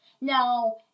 Now